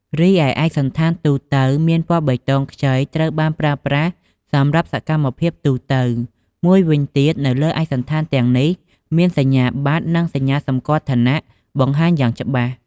រីឯឯកសណ្ឋានទូទៅ មានពណ៌បៃតងខ្ចីត្រូវបានប្រើប្រាស់សម្រាប់សកម្មភាពទូទៅ មួយវិញទៀតនៅលើឯកសណ្ឋានទាំងនេះ មានសញ្ញាបត្រ និងសញ្ញាសម្គាល់ឋានៈបង្ហាញយ៉ាងច្បាស់។